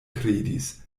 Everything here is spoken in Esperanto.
kredis